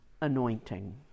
anointing